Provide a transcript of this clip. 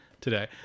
today